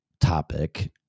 topic